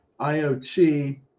IoT